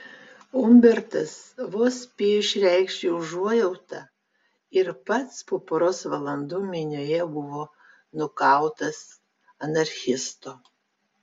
umbertas vos spėjo išreikšti užuojautą ir pats po poros valandų minioje buvo nukautas anarchisto